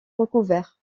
recouvert